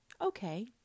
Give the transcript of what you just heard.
Okay